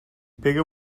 pega